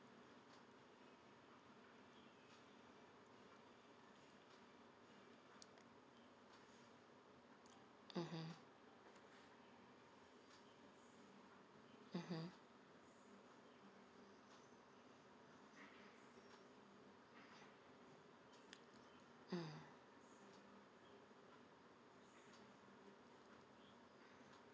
mmhmm mmhmm mmhmm